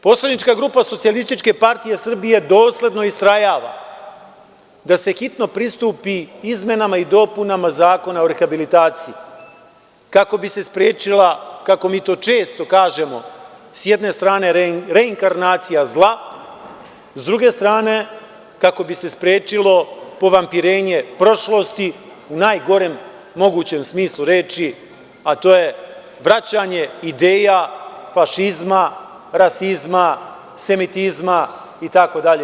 Poslanička grupa SPS dosledno istrajava da se hitno pristupi izmenama i dopunama Zakona o rehabilitaciji kako bi se sprečila, kako mi to često kažemo, sa jedne strane reinkarnacija zla, s druge strane, kako bi se sprečilo povampirenje prošlosti u najgorem mogućem smislu reči, a to je vraćanjem ideja fašizma, rasizma, semitizma itd.